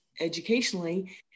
educationally